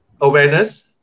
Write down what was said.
awareness